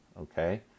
okay